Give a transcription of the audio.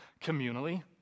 communally